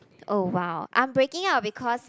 oh !wow! I'm breaking up because